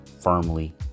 firmly